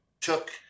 took